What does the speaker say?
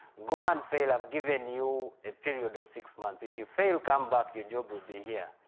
go and fail. i've given you a period of six months. if you fail, come back. your job will be here.